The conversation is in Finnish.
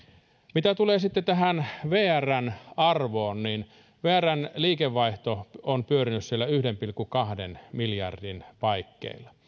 mitä tulee sitten tähän vrn arvoon niin vrn liikevaihto on pyörinyt siellä yhden pilkku kahden miljardin paikkeilla vuonna